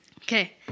Okay